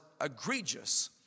egregious